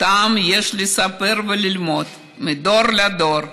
שאותם יש לספר וללמוד מדור לדור.